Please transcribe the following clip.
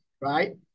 right